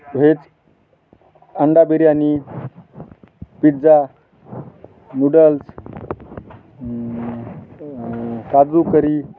veg अंडा biryani pizza noodles kaju करी